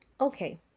Okay